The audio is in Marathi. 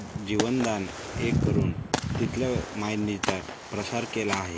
जीवनदान एक करून तिथलं मायंतीचा प्रसार केला आहे